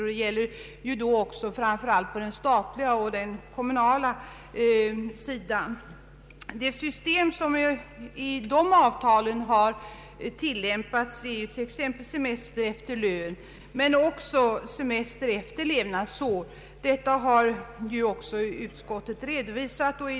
Detta gäller framför allt på den statliga och kommunala sidan. Det system som tillämpas i detta avtal är t.ex. semester efter lön men också semester efter levnadsår.